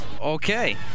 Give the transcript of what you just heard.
Okay